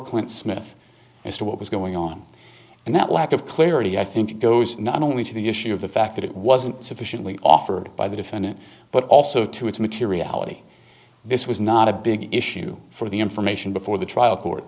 clint smith as to what was going on and that lack of clarity i think goes not only to the issue of the fact that it wasn't sufficiently offered by the defendant but also to its materiality this was not a big issue for the information before the trial court